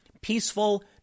Peaceful